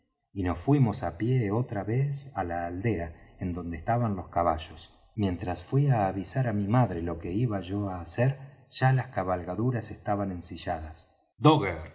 y nos fuimos á pie otra vez á la aldea en donde estaban los caballos mientras fuí á avisar á mi madre lo que iba yo á hacer ya las cabalgaduras estaban ensilladas dogger